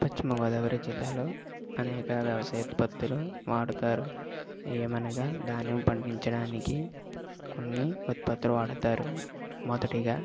పశ్చిమ గోదావరి జిల్లాలో అనేక వ్యవసాయ ఉత్పత్తులు వాడుతారు ఏమనగా ధాన్యం పండించడానికి కొన్ని ఉత్పత్తులు వాడుతారు మొదటిగా